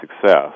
success